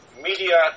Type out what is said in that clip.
media